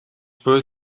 буй